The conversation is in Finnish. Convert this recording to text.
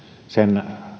sen